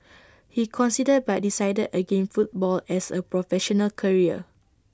he considered but decided again football as A professional career